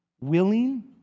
willing